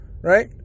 right